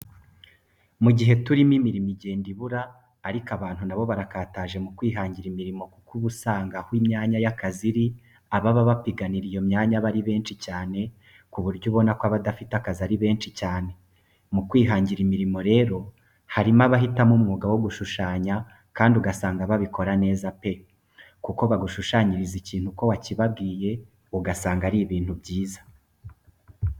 Mu gihe turimo imirimo igenda ibura ariko abantu nabo barakataje mu kwihangira imirimo kuko uba usanga aho imyanya y'akazi iri ababa bapiganira iyo myanya aba ari benshi cyane ku buryo ubona ko abadafite akazi ari benshi cyane. Mu kwihangira imirimo rero harimo abahitamo umwuga wo gushushanya kandi ugasanga babikora neza pe, kuko bagushanyiriza ikintu uko wakibabwiye ugasanga ari ibintu byiza.